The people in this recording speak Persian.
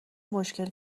مشکل